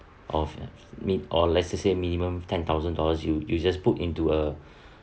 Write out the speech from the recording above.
of mini~ or let's us say minimum ten thousand dollars you you just put into a